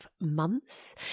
months